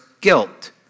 guilt